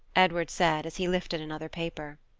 edward said, as he lifted another paper.